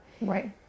right